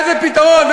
איזה פתרון?